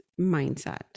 mindset